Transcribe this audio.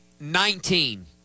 Nineteen